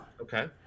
okay